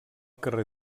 carrer